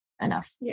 enough